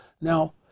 Now